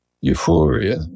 euphoria